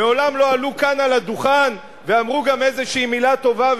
מעולם לא עלו כאן לדוכן ואמרו גם איזושהי מלה טובה,